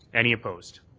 any opposed?